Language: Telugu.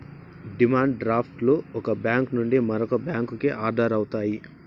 డిమాండ్ డ్రాఫ్ట్ లు ఒక బ్యాంక్ నుండి మరో బ్యాంకుకి ఆర్డర్ అవుతాయి